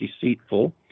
deceitful